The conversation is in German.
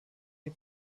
die